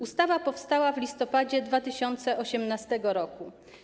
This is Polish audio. Ustawa powstała w listopadzie 2018 r.